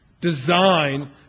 design